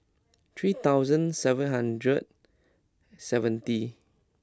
three thousand seven hundred seventy